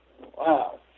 Wow